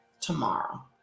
tomorrow